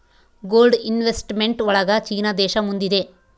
gold investment ಒಳಗ China ದೇಶ ಮುಂದಿದೆ